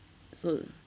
so